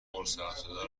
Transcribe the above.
پرسرصدا